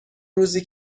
روزی